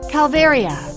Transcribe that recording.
Calvaria